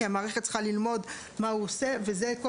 לכן זה דבר